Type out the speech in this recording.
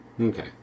Okay